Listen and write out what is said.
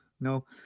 no